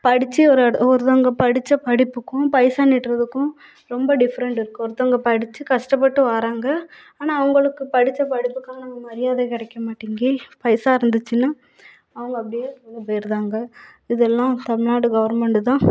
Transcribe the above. படிச்சு ஒரு ஒரு ஒருத்தவங்கள் படித்த படிப்புக்கும் பைசா நீட்டுறத்துக்கும் ரொம்ப டிஃப்ரெண்ட் இருக்குது ஒருத்தவங்கள் படித்து கஷ்டப்பட்டு வாராங்க ஆனால் அவங்களுக்கு படித்த படிப்புக்கான மரியாதை கிடைக்க மாட்டிங்கிது பைசா இருந்துச்சுன்னா அவங்கள் அப்டேயே உள்ள போயிடுறாங்க இது எல்லாம் தமிழ்நாடு கவர்மெண்ட் தான்